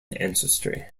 ancestry